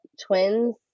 twins